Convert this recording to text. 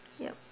yup